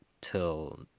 till